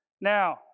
Now